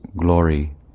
glory